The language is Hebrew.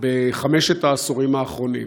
בחמשת העשורים האחרונים.